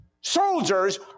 Soldiers